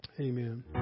Amen